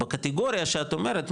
בקטגוריה שאת אומרת,